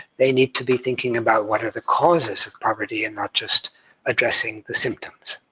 they need to be thinking about what are the causes of poverty, and not just addressing the symptoms